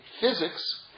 physics